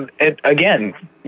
again